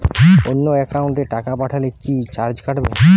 অন্য একাউন্টে টাকা পাঠালে কি চার্জ কাটবে?